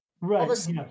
Right